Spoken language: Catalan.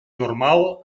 normal